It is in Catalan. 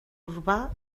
urbà